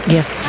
Yes